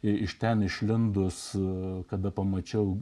ir iš ten išlindo su kada pamačiau